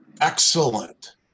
excellent